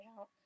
out